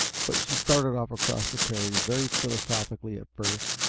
but she started off across the prairie very philosophically at first,